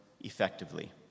effectively